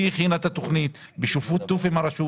היא הכינה את התכנית בשיתוף עם הרשות.